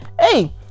hey